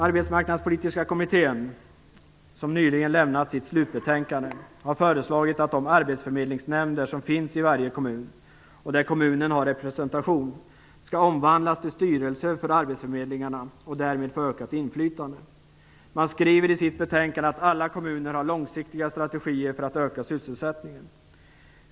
Arbetsmarknadspolitiska kommittén som nyligen lämnat sitt slutbetänkande har föreslagit att de arbetsförmedlingsnämnder som finns i varje kommun, och i vilka kommunen är representerade, skall omvandlas till styrelser för arbetsförmedlingarna och därmed få ökat inflytande. Kommittén skriver i sitt betänkande att alla kommuner har långsiktiga strategier för att öka sysselsättningen.